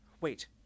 wait